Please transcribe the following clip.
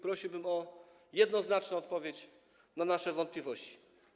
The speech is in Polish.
Prosiłbym o jednoznaczną odpowiedź na nasze wątpliwości.